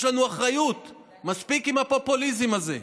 יש לנו אחריות, מספיק עם הפופוליזם הזה.